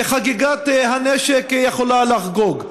וחגיגת הנשק יכולה לחגוג.